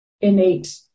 innate